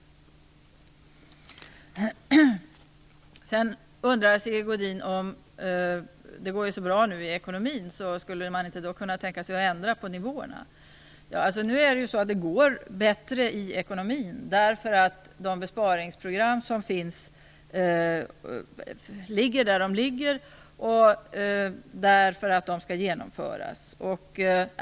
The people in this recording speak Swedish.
Sigge Godin undrade om man inte skulle kunna tänka sig att ändra nivåerna nu när det går så bra i ekonomin. Det går ju bättre i ekonomin därför att de besparingsprogram som finns ligger där de ligger, och att de skall genomföras.